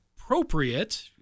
appropriate